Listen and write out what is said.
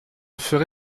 ferai